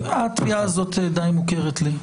התביעה הזאת די מוכרת לי.